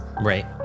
Right